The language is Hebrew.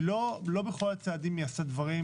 לא בכל הצעדים היא עשתה דברים